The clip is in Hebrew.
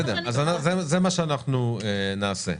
בסדר, זה מה שאנחנו נעשה.